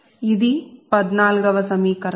ఇది 14 వ సమీకరణం